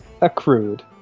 Accrued